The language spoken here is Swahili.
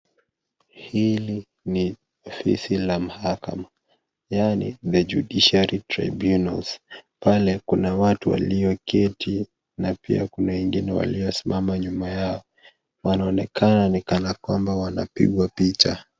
Hili ni zizi la mahakama, yani The Judiciary Tribunal pale Kuna watu walio keti na pia Kuna wengine wamesimama nyuma yao. Wanaonekana ni kanakwamba wanapigwa picha.